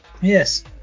Yes